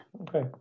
Okay